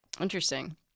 Interesting